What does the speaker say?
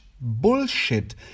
bullshit